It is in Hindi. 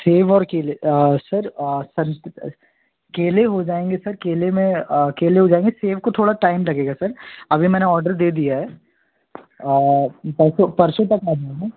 सेब और केले सर संत केले हो जाएंगे सर केले में केले हो जाएंगे सेब को थोड़ा टाइम लगेगा सर अभी मैंने ऑडर दे दिया है परसों परसों तक आ जाना